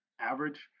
average